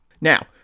Now